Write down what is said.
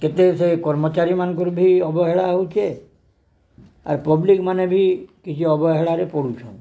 କେତେବେଳେ ସେ କର୍ମଚାରୀମାନଙ୍କର ବି ଅବହେଳା ହେଉଛେ ଆର୍ ପବ୍ଲିକ୍ମାନେ ବି କିଛି ଅବହେଳାରେ ପଡ଼ୁଛନ୍